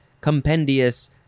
compendious